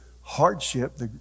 hardship